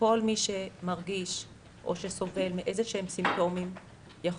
וכל מי שסובל מאיזשהם סימפטומים יכול